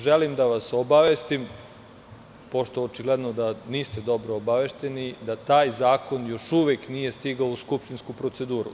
Želim da vas obavestim, pošto očigledno niste dobro obavešteni, da taj zakon još uvek nije stigao u skupštinsku proceduru.